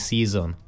Season